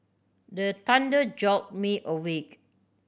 the thunder jolt me awake